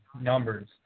numbers